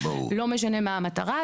לא משנה מה המטרה.